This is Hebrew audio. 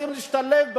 רוצים להשתלב בה,